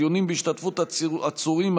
דיונים בהשתתפות עצורים,